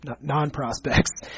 non-prospects